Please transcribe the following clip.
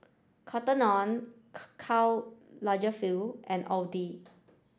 Cotton On Karl Lagerfeld and Audi